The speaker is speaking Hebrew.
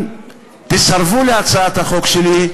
אם תסרבו להצעת החוק שלי,